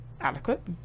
adequate